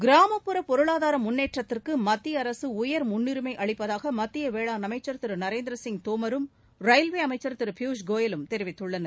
கிராமப்புற பொருளாதார முன்னேற்றத்திற்கு மத்திய அரசு உயர் முன்னுரிமை அளிப்பதாக மத்திய வேளாண் அமைச்ச் திரு நரேந்திர சிங் தோமரும் ரயில்வே அமைச்ச் திரு பியூஷ் கோயலும் தெரிவித்துள்ளனர்